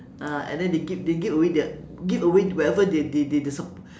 ah and then they give they give away their give away whatever they they they they some